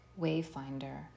wayfinder